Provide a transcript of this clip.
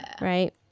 right